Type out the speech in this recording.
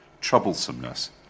troublesomeness